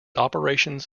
operations